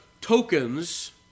tokens